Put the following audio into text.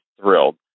thrilled